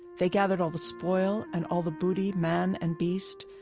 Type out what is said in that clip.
they gathered all the spoil and all the booty, man and beast,